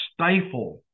stifle